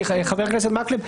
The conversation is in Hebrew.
כי חבר הכנסת מקלב,